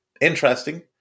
Interesting